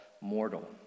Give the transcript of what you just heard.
mortal